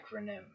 acronym